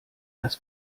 das